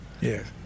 Yes